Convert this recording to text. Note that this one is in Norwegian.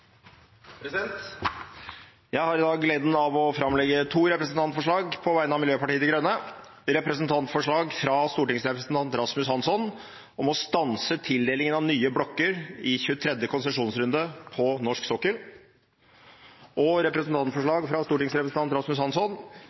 to representantforslag. Jeg har i dag på vegne av Miljøpartiet De Grønne gleden av å framlegge to representantforslag – representantforslag fra stortingsrepresentant Rasmus Hansson om å stanse tildelingen av nye blokker i den 23. konsesjonsrunde på norsk sokkel, og representantforslag fra stortingsrepresentant Rasmus